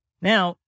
Now